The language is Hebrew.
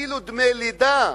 אפילו דמי לידה,